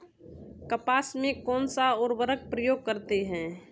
कपास में कौनसा उर्वरक प्रयोग करते हैं?